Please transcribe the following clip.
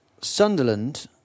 Sunderland